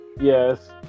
Yes